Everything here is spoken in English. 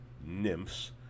nymphs